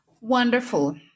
Wonderful